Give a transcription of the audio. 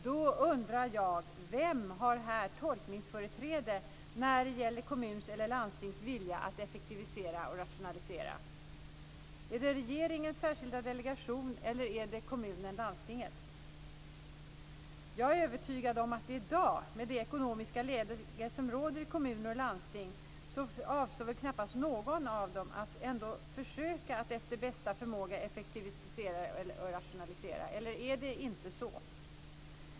Då undrar jag: Vem har tolkningsföreträde här när det gäller kommuns eller landstings vilja att effektivisera och rationalisera? Är det regeringens särskilda delegation eller är det kommunen/landstinget? Jag är övertygad om att i dag, med det ekonomiska läge som råder i kommuner och landsting, avstår knappast någon av dem från att försöka att efter bästa förmåga effektivisera och rationalisera, eller är det inte så?